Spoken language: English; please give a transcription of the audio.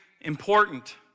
important